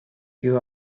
you